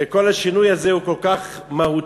וכל השינוי הזה הוא כל כך מהותי,